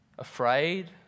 Afraid